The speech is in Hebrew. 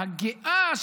הגאה,